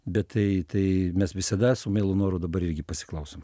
bet tai tai mes visada su mielu noru dabar irgi pasiklausom